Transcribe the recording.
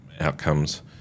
outcomes